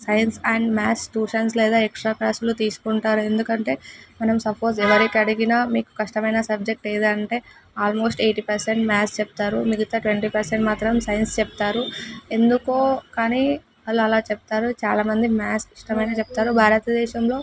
science and maths tuitions లేదా extra క్లాసులు తీసుకుంటారు ఎందుకంటే మనం సపోజ్ ఎవరికి అడిగిన మీకు కష్టమైన సబ్జెక్ట్ ఏది అంటే ఆల్మోస్ట్ ఎయిటీ పర్సెంట్ మాథ్స్ చెప్తారు మిగతా ట్వంటీ పర్సెంట్ మాత్రం సైన్స్ చెప్తారు ఎందుకో కానీ వాళ్ళు అలా చెప్తారు చాలామంది మ్యాథ్స్ ఇష్టం అని చెప్తారు భారతదేశంలో